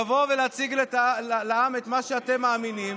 לבוא ולהציג את לעם את מה שאתם מאמינים